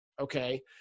Okay